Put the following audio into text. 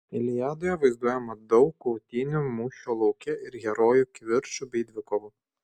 iliadoje vaizduojama daug kautynių mūšio lauke ir herojų kivirčų bei dvikovų